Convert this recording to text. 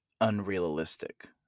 unrealistic